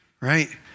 right